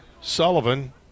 Sullivan